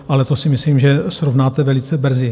Ale to si myslím, že srovnáte velice brzy.